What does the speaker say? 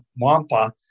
Wampa